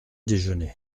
déjeuner